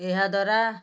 ଏହାଦ୍ୱାରା